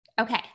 Okay